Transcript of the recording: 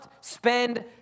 spend